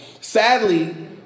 Sadly